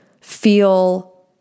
feel